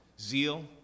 zeal